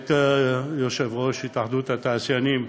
את יושב-ראש התאחדות התעשיינים,